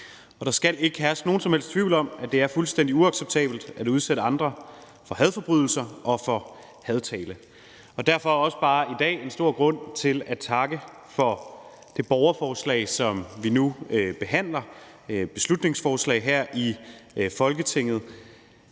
der skal ikke herske nogen som helst tvivl om, at det er fuldstændig uacceptabelt at udsætte andre for hadforbrydelser og for hadtale. Og derfor er der i dag en stor grund til at takke for borgerforslaget og det beslutningsforslag, som vi nu behandler